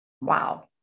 Wow